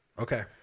Okay